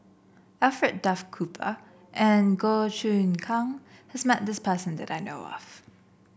Alfred Duff Cooper and Goh Choon Kang has met this person that I know of